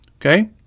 okay